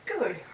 Good